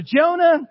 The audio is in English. Jonah